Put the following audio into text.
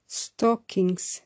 stockings